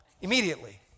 Immediately